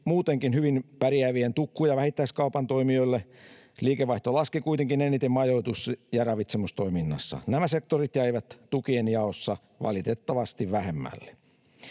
muutenkin hyvin pärjääville tukku- ja vähittäiskaupan toimijoille, mutta liikevaihto laski kuitenkin eniten majoitus- ja ravitsemustoiminnassa. Nämä sektorit jäivät tukien jaossa valitettavasti vähemmälle.